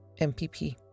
MPP